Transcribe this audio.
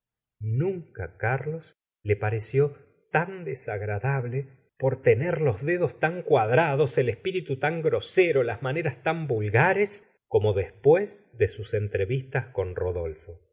nunca carlos le pareció tan desagradable por tener los dedos tan cuadrados el espíritu ta n grosero las maneras tan vulgares como después de sus entrevistas con rodolfo